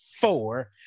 four